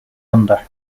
under